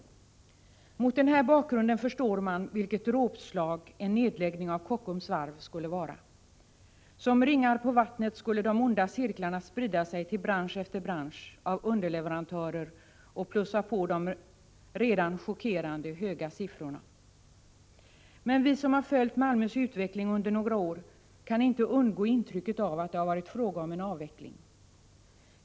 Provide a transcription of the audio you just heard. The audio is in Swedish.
Mot den här bakgrunden förstår man vilket dråpslag en nedläggning av Kockums varv skulle vara. Som ringar på vattnet skulle de onda cirklarna sprida sig till bransch efter bransch av underleverantörer och plussa på de redan chockerande höga siffrorna. Men vi som har följt Malmös utveckling under några år kan inte undgå intrycket av att det har varit fråga om en avveckling.